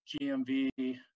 GMV